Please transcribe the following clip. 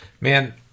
Man